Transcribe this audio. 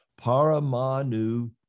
Paramanu